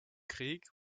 krieg